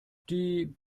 die